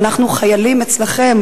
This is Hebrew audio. ואנחנו חיילים אצלכם.